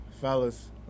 fellas